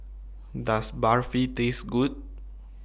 Does Barfi Taste Good